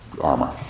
armor